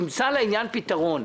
תמצא לעניין פתרון.